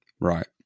Right